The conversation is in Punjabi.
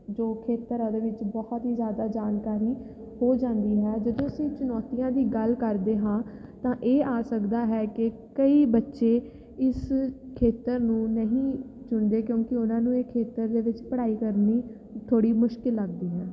ਜੋ ਖੇਤਰ ਹੈ ਉਹਦੇ ਵਿੱਚ ਬਹੁਤ ਹੀ ਜ਼ਿਆਦਾ ਜਾਣਕਾਰੀ ਹੋ ਜਾਂਦੀ ਹੈ ਜਦੋਂ ਅਸੀਂ ਚੁਣੌਤੀਆਂ ਦੀ ਗੱਲ ਕਰਦੇ ਹਾਂ ਤਾਂ ਇਹ ਆ ਸਕਦਾ ਹੈ ਕਿ ਕਈ ਬੱਚੇ ਇਸ ਖੇਤਰ ਨੂੰ ਨਹੀਂ ਚੁਣਦੇ ਕਿਉਂਕਿ ਉਹਨਾਂ ਨੂੰ ਇਹ ਖੇਤਰ ਦੇ ਵਿੱਚ ਪੜ੍ਹਾਈ ਕਰਨੀ ਥੋੜ੍ਹੀ ਮੁਸ਼ਕਲ ਲੱਗਦੀ ਹੈ